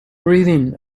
reading